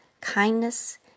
kindness